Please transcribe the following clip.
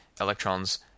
electrons